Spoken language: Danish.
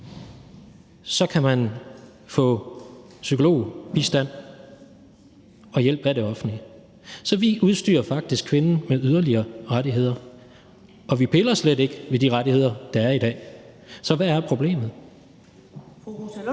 så kan man få psykologbistand og hjælp af det offentlige. Så vi udstyrer faktisk kvinden med yderligere rettigheder, og vi piller slet ikke ved de rettigheder, der er i dag. Så hvad er problemet?